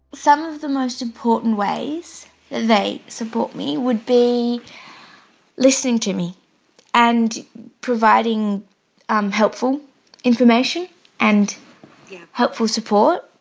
some of the most important ways they support me would be listening to me and providing um helpful information and yeah helpful support,